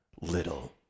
little